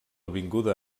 vinguda